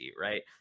right